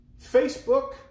Facebook